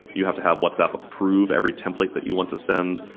you have to have whatsapp approve every template that you want to send,